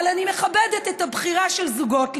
אבל אני מכבדת את הבחירה של זוגות להתגרש.